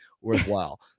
worthwhile